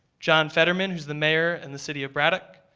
john fetterman, who is the mayor in the city of braddock,